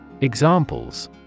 Examples